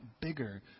bigger